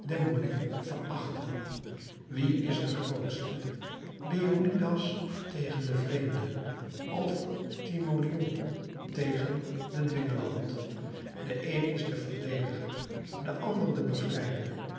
verachten wie is de grootste leonidas tegen den vreemde of timoleon tegen den dwingeland de een is de verdediger de ander de bevrijder